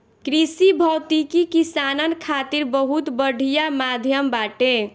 कृषि भौतिकी किसानन खातिर बहुत बढ़िया माध्यम बाटे